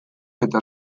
eta